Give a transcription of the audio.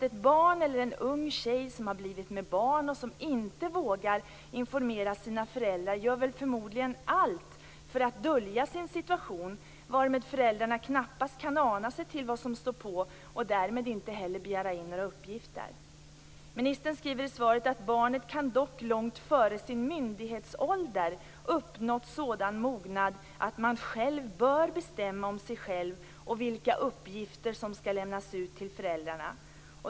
Ett barn eller en ung tjej som har blivit med barn och som inte vågar informera sina föräldrar gör väl förmodligen allt för att dölja sin situation, varmed föräldrarna knappast kan ana sig till vad som står på och därmed inte heller begär in uppgifter. Ministern skriver i svaret: "Barnet kan dock långt före sin myndighetsålder ha nått sådan mognad att det självt bör kunna råda över uppgifter som finns i hälso och sjukvården om sig själv och därmed också hindra att sådana uppgifter lämnas ut till föräldern."